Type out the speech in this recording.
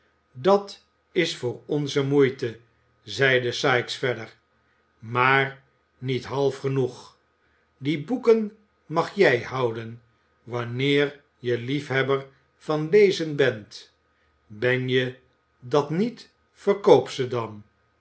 dat is voor onze moeite zeide sikes verder maar niet half genoeg die boeken mag jij houden wanneer je liefhebber van lezen bent ben je dat niet verkoop ze dan